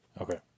Okay